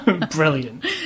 brilliant